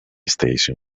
station